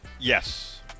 Yes